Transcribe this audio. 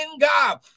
God